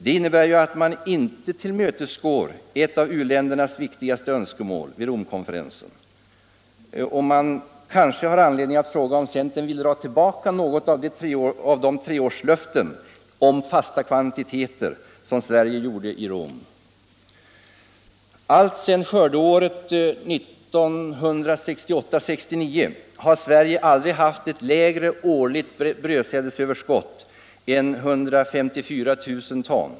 Det innebär ju att man inte tillmötesgår ett av u-ländernas viktigaste önskemål vid Romkonferensen. Kanske finns det anledning att fråga sig om centern vill dra tillbaka något av de treårslöften om fasta kvantiteter som Sverige gjorde i Rom. Alltsedan skördeåret 1968/69 har Sverige aldrig haft ett lägre årligt brödsädesöverskott än 154 000 ton.